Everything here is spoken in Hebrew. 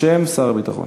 בשם שר הביטחון.